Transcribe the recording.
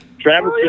Travis